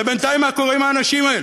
ובינתיים, מה קורה עם האנשים האלה,